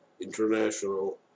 international